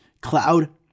Cloud